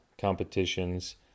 competitions